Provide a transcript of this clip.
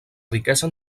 riquesa